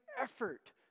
effort